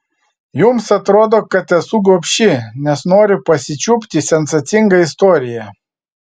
jums atrodo kad esu gobši nes noriu pasičiupti sensacingą istoriją